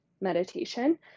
meditation